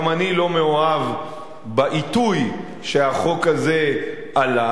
גם אני לא מאוהב בעיתוי שבו החוק הזה עלה,